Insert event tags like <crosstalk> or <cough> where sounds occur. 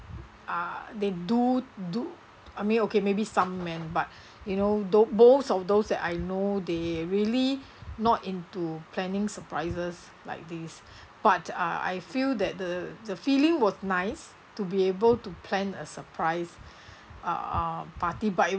uh they do do I mean okay maybe some men but <breath> you know tho~ both of those that I know they really not into planning surprises like this but uh I feel that the the feeling was nice to be able to plan a surprise uh party but it